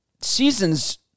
seasons